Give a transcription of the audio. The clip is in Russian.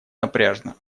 напряжно